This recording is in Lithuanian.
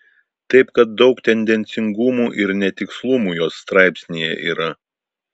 taip kad daug tendencingumų ir netikslumų jos straipsnyje yra